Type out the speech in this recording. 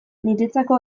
niretzako